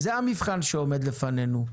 זה המבחן שעומד לפנינו.